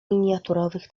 miniaturowych